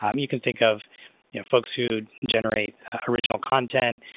um you can think of folks who generate original content,